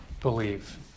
believe